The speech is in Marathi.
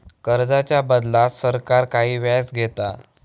कर्जाच्या बदल्यात सरकार काही व्याज घेता